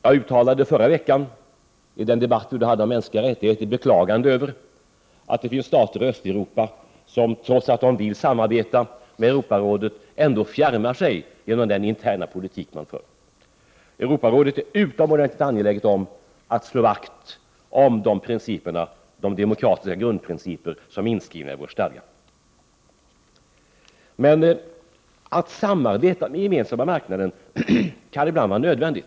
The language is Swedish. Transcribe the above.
Jag uttalade förra veckan, i den debatt som vi hade om mänskliga rättigheter, ett beklagande av att det finns stater i Östeuropa som, trots att de vill samarbeta med Europarådet, fjärmar sig genom den interna politik som de för. Europarådet är utomordentligt angeläget om att slå vakt om de demokratiska grundprinciper som är inskrivna i vår stadga. Att samarbeta med den gemensamma marknaden kan ibland vara nödvändigt.